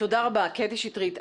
תודה רבה, קטי שטרית.